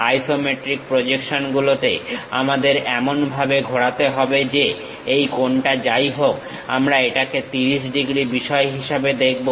isometric projection গুলোতে আমাদের এমনভাবে ঘোরাতে হবে যে এই কোণটা যাই হোক আমরা এটাকে 30 ডিগ্রী বিষয় হিসেবে দেখব